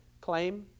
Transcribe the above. claim